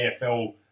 AFL